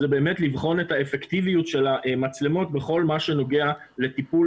זה באמת לבחון את האפקטיביות של המצלמות בכל מה שנוגע לטיפול